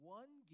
one